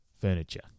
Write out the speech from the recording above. furniture